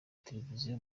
televiziyo